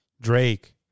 Drake